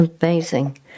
Amazing